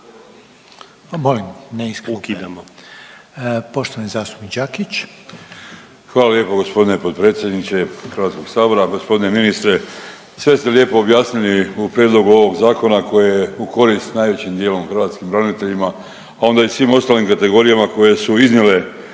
zastupnik Đakić. **Đakić, Josip (HDZ)** Hvala lijepo g. potpredsjedniče HS. Gospodine ministre, sve ste lijepo objasnili u prijedlogu ovog zakona koji je u korist najvećim dijelom hrvatskim braniteljima, a onda i svim ostalim kategorijama koje su iznijele